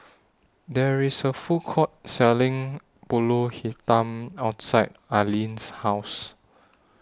There IS A Food Court Selling Pulut Hitam outside Alleen's House